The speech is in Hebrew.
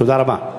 תודה רבה.